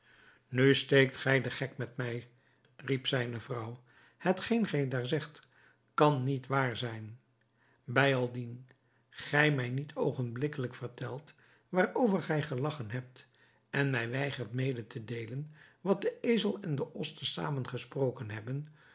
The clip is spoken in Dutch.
nu steekt gij den gek met mij riep zijne vrouw hetgeen gij daar zegt kan niet waar zijn bijaldien gij mij niet oogenblikkelijk vertelt waarover gij gelagchen hebt en mij weigert mede te deelen wat de ezel en de os te zamen gesproken hebben